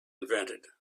invented